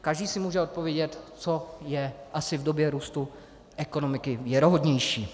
Každý si může odpovědět, co je asi v době růstu ekonomiky věrohodnější.